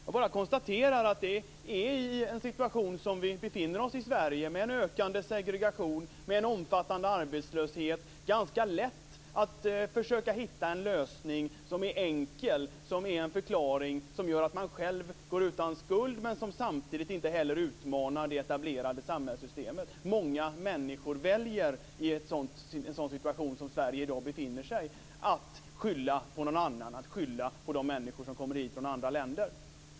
Vi i Sverige befinner oss i en situation med en ökande segregation och med en omfattande arbetslöshet. Då är det ganska lätt att hitta en enkel förklaring och en ekel lösning som gör att man själv är utan skuld, men som samtidigt inte utmanar det etablerade samhällssystemet. Många människor väljer i en sådan situation att skylla på någon annan, att skylla på de människor som kommer hit från andra länder.